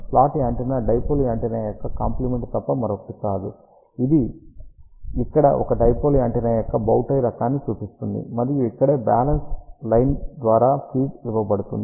slot antenna dipole antenna యొక్క complement తప్ప మరొకటి కాదు ఇది ఇక్కడ ఒక డైపోల్ యాంటెన్నా యొక్క బౌ టై రకాన్ని చూపిస్తుంది మరియు ఇక్కడే బ్యాలెన్స్ లైన్ ద్వారా ఫీడ్ ఇవ్వబడుతుంది